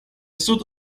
sud